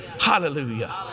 hallelujah